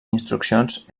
instruccions